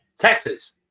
texas